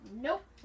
Nope